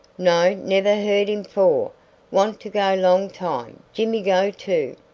no, never heard him fore want to go long time. jimmy go too.